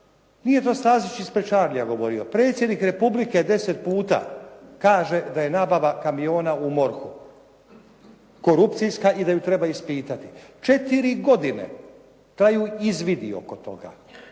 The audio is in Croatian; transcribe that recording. Nije to Stazić ispred CharlIVAN JARNJAK:-ja govorio. Predsjednik Republike deset puta kaže da je nabava kamiona u MORH-u korupcijska i da ju treba ispitati. Četiri godine traju izvidi oko toga,